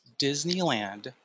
Disneyland